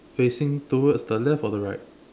facing towards the left or the right